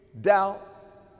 doubt